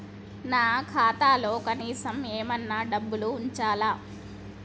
నా ఖాతాలో కనీసం ఏమన్నా డబ్బులు ఉంచాలా?